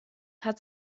hat